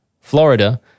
Florida